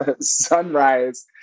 sunrise